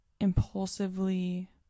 impulsively